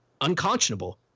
unconscionable